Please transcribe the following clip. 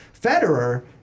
Federer